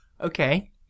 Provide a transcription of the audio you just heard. Okay